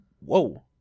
whoa